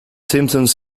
symptoms